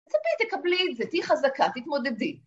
תצפי, תקבלי את זה, תהי חזקה, תתמודדי